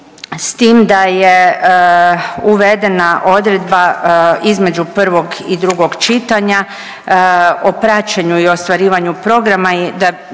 s tim da je uvedena odredba između prvog i drugog čitanja o praćenju i ostvarivanju programa,